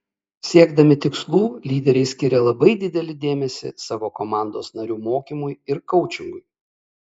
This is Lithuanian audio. siekdami tikslų lyderiai skiria labai didelį dėmesį savo komandos narių mokymui ir koučingui